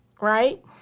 right